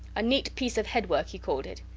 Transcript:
a neat piece of head-work he called it.